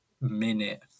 minute